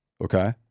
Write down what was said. okay